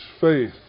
faith